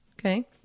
Okay